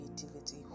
creativity